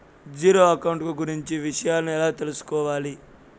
Zero account కు గురించి విషయాలను ఎలా తెలుసుకోవాలి?